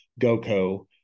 GOCO